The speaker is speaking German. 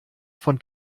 von